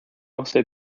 also